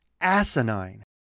asinine